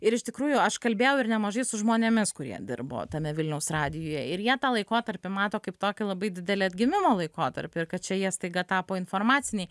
ir iš tikrųjų aš kalbėjau ir nemažai su žmonėmis kurie dirbo tame vilniaus radijuje ir jie tą laikotarpį mato kaip tokį labai didelį atgimimo laikotarpį ir kad čia jie staiga tapo informaciniai